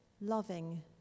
loving